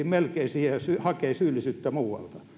melkein aggressiivisesti jos hakee syyllisyyttä muualta